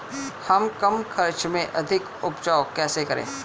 हम कम खर्च में अधिक उपज कैसे करें?